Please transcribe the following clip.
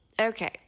Okay